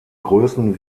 größen